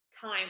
time